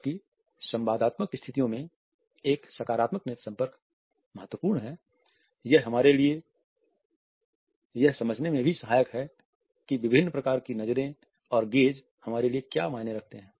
जबकि संवादात्मक स्थितियों में एक सकारात्मक नेत्र संपर्क महत्वपूर्ण है यह हमारे लिए यह समझने में भी सहायक है कि विभिन्न प्रकार की नज़रे और गेज़ हमारे लिए क्या मायने रखते हैं